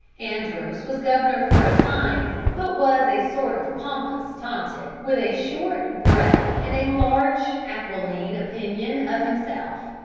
andros was governor for a time, but was a sort of pompous tomtit, with a short breath and a large aquiline opinion of himself.